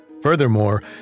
Furthermore